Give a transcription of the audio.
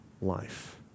life